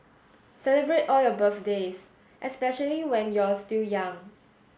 celebrate all your birthdays especially when you're still young